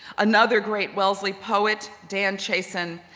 another great wellesley poet, dan chiasson,